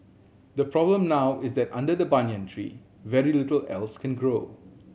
the problem now is that under the banyan tree very little else can grow